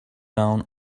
down